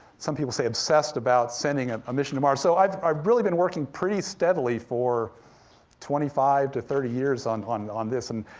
some people say obsessed about sending ah a mission to mars. so i've i've really been working pretty steadily for twenty five to thirty years on on this, and